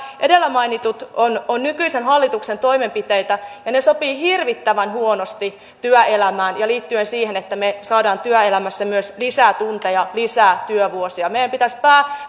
edellä mainitut ovat nykyisen hallituksen toimenpiteitä ja ne sopivat hirvittävän huonosti työelämään ja siihen että me saamme työelämässä myös lisää tunteja lisää työvuosia meidän pitäisi